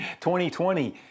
2020